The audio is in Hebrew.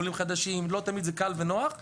עולים חדשים לא תמיד זה קל ונוח.